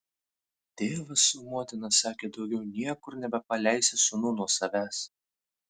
tėvas su motina sakė daugiau niekur nebepaleisią sūnų nuo savęs